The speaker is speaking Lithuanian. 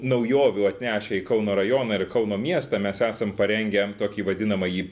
naujovių atnešę į kauno rajoną ir kauno miestą mes esam parengę tokį vadinamąjį